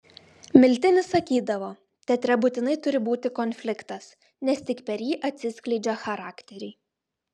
miltinis sakydavo teatre būtinai turi būti konfliktas nes tik per jį atsiskleidžia charakteriai